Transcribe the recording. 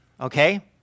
okay